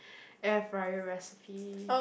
air fryer recipe